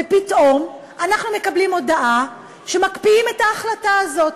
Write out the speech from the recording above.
ופתאום אנחנו מקבלים הודעה שמקפיאים את ההחלטה הזאת.